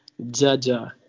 Jaja